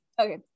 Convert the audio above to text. Okay